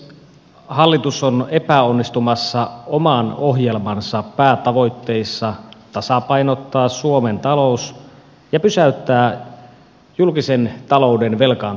hallitus on epäonnistumassa oman ohjelmansa päätavoitteissa tasapainottaa suomen talous ja pysäyttää julkisen talouden velkaantuminen